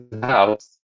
house